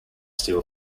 steel